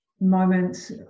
moments